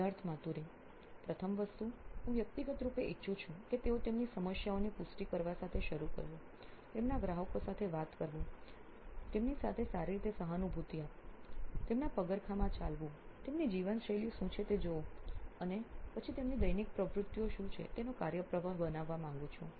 Siddharth Maturi CEO નોઇન electronics પ્રથમ વસ્તુ હું વ્યક્તિગત રૂપે હું ઈચ્છું કે તેઓ તેમની સમસ્યાઓની પુષ્ટિ કરવા સાથે શરૂ કરવું તેમના ગ્રાહકો સાથે વાત કરવું તેમની સાથે સારી રીતે સહાનુભૂતિ આપવું તેમના પગરખાંમાં ચાલવું તેમની જીવનશૈલી શું છે તે જોવું અને પછી તેમની દૈનિક પ્રવૃત્તિઓ શું છે તેનો કાર્ય પ્રવાહ બનાવવા માંગું છું